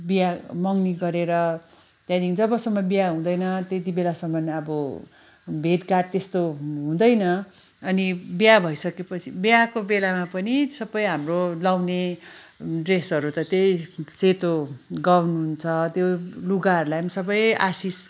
बिहे मगनी गरेर त्यहाँदेखि जबसम्म बिहे हुँदैन त्यति बेलासम्म अब भेटघाट त्यस्तो हुँदैन अनि बिहे भइसके पछि बिहेको बेलामा पनि सबै हाम्रो लाउने ड्रेसहरू त त्यहिँ सेतो गउन् हुन्छ त्यो लुगाहरूलाई पनि सबै आषिश